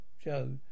Joe